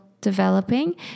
developing